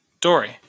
Dory